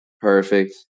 perfect